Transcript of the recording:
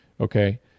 okay